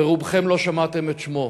ורובכם לא שמעתם את שמו.